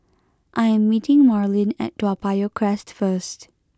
I am meeting Marlin at Toa Payoh Crest first